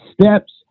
steps